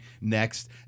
next